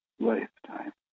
lifetime